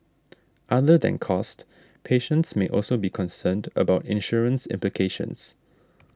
other than cost patients may also be concerned about insurance implications